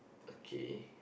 okay